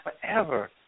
forever